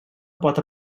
pot